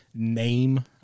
Name